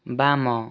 ବାମ